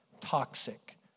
toxic